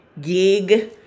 gig